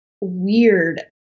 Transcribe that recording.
weird